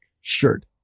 shirt